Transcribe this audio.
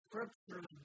Scripture